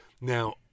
Now